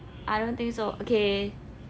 I don't think so okay